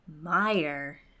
Meyer